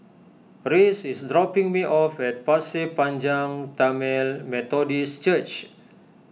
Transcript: Rhys is dropping me off at Pasir Panjang Tamil Methodist Church